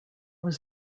was